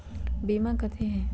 बीमा कथी है?